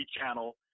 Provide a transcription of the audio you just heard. channel